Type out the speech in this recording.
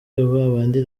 babandi